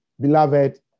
Beloved